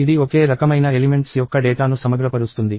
ఇది ఒకే రకమైన మూలకాల యొక్క డేటాను సమగ్రపరుస్తుంది